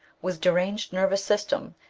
with deranged nervous system,